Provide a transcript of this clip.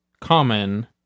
common